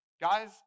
Guys